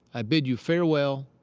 i bid you farewell.